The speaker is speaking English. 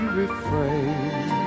refrain